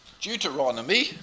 Deuteronomy